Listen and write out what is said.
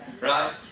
Right